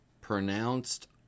pronounced